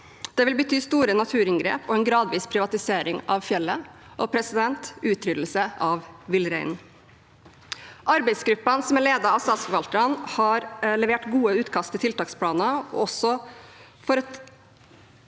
Det vil bety store naturinngrep og en gradvis privatisering av fjellet – og utryddelse av villreinen. Arbeidsgruppene som er ledet av statsforvalterne, har levert gode utkast til tiltaksplaner, og